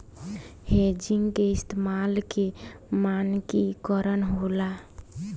hedging के इस्तमाल के मानकी करण होला